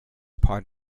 part